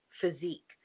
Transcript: physique